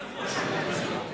יש מס רכוש.